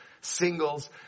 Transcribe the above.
singles